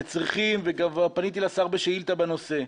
וכבר פניתי לשר בשאילתה בנושא.